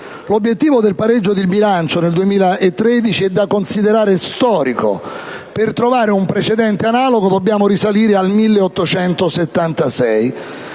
L'obiettivo del pareggio di bilancio nel 2013 è da considerare storico. Per trovare un precedente analogo dobbiamo risalire al 1876.